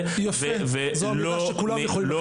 יפה, זו אמירה שכולם יכולים לחתום עליה.